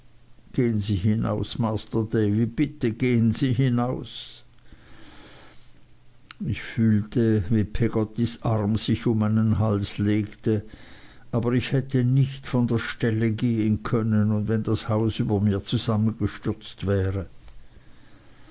gehen sie hinaus masr davy bitte gehen sie hinaus ich fühlte wie peggottys arm sich um meinen hals legte aber ich hätte nicht von der stelle gehen können und wenn das haus über mir zusammengestürzt wäre